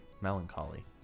melancholy